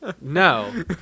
no